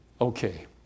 Okay